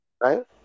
Right